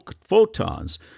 photons